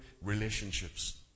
relationships